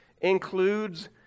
includes